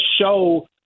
show